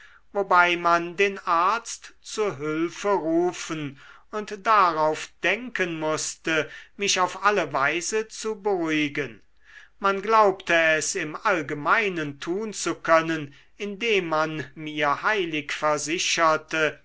wobei man den arzt zu hülfe rufen und darauf denken mußte mich auf alle weise zu beruhigen man glaubte es im allgemeinen tun zu können indem man mir heilig versicherte